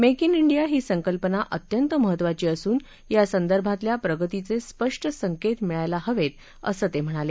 make in India ही संकल्पना अत्यंत महत्वाची असून यासंदर्भातल्या प्रगतीचे स्पष्ट संकेत मिळायला हवेत असं ते म्हणाले